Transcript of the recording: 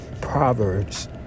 Proverbs